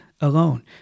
alone